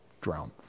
drown